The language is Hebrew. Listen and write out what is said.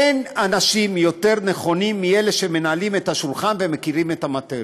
אין אנשים יותר נכונים מאלה שמנהלים את השולחן ומכירים את המטריה,